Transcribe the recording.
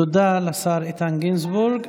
תודה לשר איתן גינזבורג.